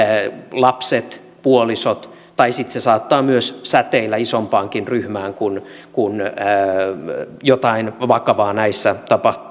lapset puolisot tai sitten se saattaa säteillä isompaankin ryhmään jos jotain vakavaa näissä